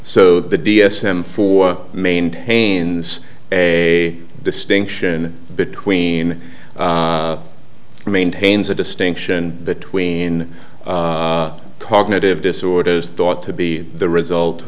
so the d s m four maintains a distinction between maintains a distinction between cognitive disorders thought to be the result